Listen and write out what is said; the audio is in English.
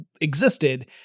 existed